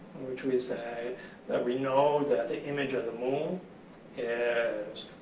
which we said that we know that the image of the moon and